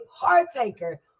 partaker